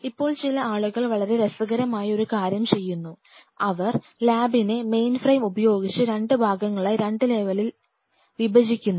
ഇപ്പോൾ ചില ആളുകൾ വളരെ രസകരമായ ഒരു കാര്യം ചെയ്യുന്നു അവർ ലാബിനെ മെയിൻഫ്രെയിം ഉപയോഗിച്ച് 2 ഭാഗങ്ങളായി 2 ലെവലിൽ വിഭജിക്കുന്നു